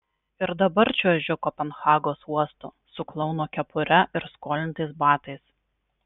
ir dabar čiuožiu kopenhagos uostu su klouno kepure ir skolintais batais